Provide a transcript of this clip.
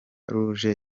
ruje